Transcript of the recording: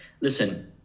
listen